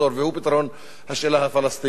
והוא פתרון השאלה הפלסטינית,